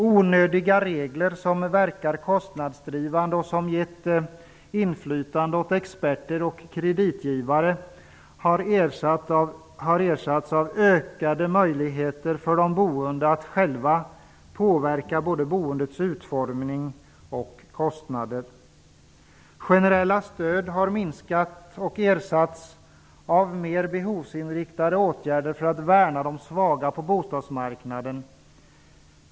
Onödiga regler som verkat kostnadsdrivande och som gett inflytande åt experter och kreditgivare har ersatts av ökade möjligheter för de boende att själva påverka både boendets utformning och dess kostnader. Generella stöd har minskat och ersatts av mer behovsinriktade åtgärder för att värna de svaga på bostadsmarknaden.